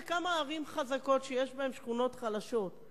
בכמה ערים חזקות שיש בהן שכונות חלשות,